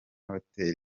hotel